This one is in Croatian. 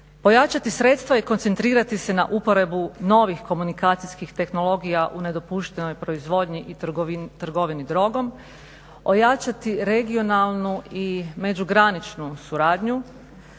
Pojačati sredstva i koncentrirati se na uporabu novih komunikacijskih tehnologija u nedopuštenoj proizvodnji i trgovini drogom, ojačati regionalnu i međugraničnu suradnju,